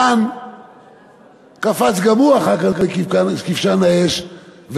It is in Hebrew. הרן קפץ גם הוא אחר כך לכבשן האש ונשרף.